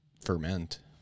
ferment